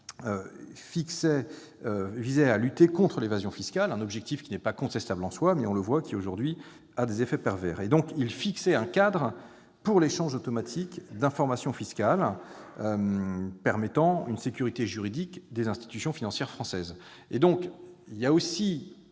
occasion-, visait à lutter contre l'évasion fiscale, un objectif qui n'est pas contestable en soi, mais qui, on le voit, a des effets pervers. Cet accord fixait un cadre pour l'échange automatique d'informations fiscales permettant de garantir une sécurité juridique des institutions financières françaises. Il faut aussi